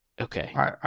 Okay